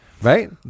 Right